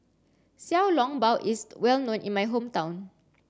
Xiao Long Bao is well known in my hometown